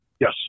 Yes